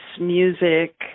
music